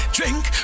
Drink